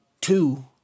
two